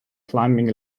climbing